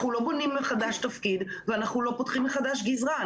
אנחנו לא בונים מחדש תפקיד ואנחנו לא פותחים מחדש גזרה.